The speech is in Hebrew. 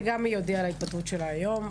וגם היא הודיעה על ההתפטרות שלה היום.